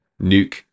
Nuke